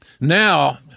Now